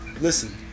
Listen